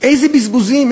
איזה בזבוזים,